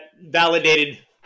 validated